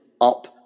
up